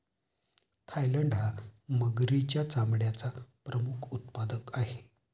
Thailand हा मगरीच्या चामड्याचा प्रमुख उत्पादक आहे